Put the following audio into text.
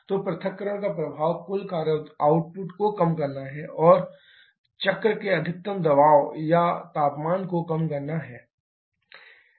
तो पृथक्करण का प्रभाव कुल कार्य आउटपुट को कम करना है और चक्र के अधिकतम दबाव और तापमान को कम करना है